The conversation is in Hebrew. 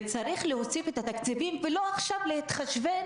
וצריך להוסיף את התקציבים ולא עכשיו להתחשבן